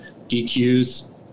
DQs